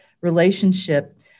relationship